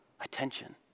attention